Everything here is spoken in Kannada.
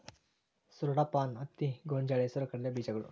ಸೂರಡಪಾನ, ಹತ್ತಿ, ಗೊಂಜಾಳ, ಹೆಸರು ಕಡಲೆ ಬೇಜಗಳು